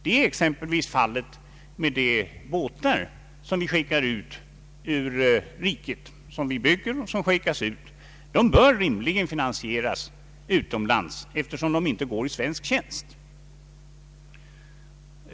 Så är exempelvis fallet med de båtar som vi bygger och skickar ut ur riket. De bör rimligen finansieras utomlands, efter de inte går i svensk tjänst.